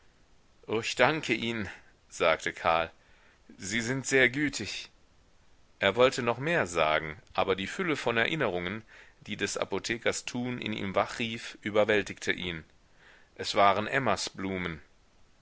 ich danke ihnen sagte karl sie sind sehr gütig er wollte noch mehr sagen aber die fülle von erinnerungen die des apothekers tun in ihm wachrief überwältigte ihn es waren emmas blumen